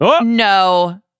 no